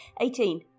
Eighteen